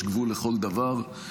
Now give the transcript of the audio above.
יש גבול לכל דבר,